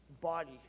body